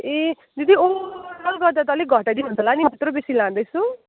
ए दिदी ओभरअल गर्दा त अलिकति घटाइदिनु हुन्छ होला नि म यत्रो बेसी लाँदैछु